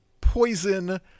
Poison